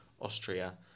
Austria